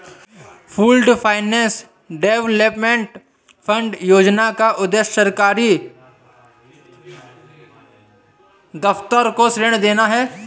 pooled finance development fund योजना का उद्देश्य सरकारी दफ्तर को ऋण देना है